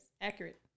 accurate